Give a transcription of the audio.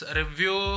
review